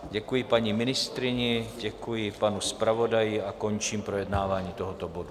Děkuji paní ministryni, děkuji panu zpravodaji a končím projednávání tohoto bodu.